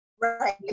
Right